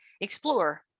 explore